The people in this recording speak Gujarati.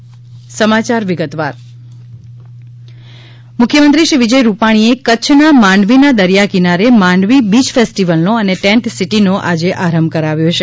બીચ ફેસ્ટીવલ મુખ્યમંત્રી શ્રી વિજયભાઇ રૂપાણીએ કચ્છના માંડવીના દરિયા કિનારે માંડવી બીચ ફેસ્ટીવલનો અને ટેન્ટ સિટીનો આજે આરંભ કરાવ્યો છે